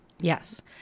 Yes